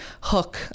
hook